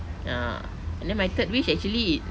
ah and then my third wish actually